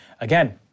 Again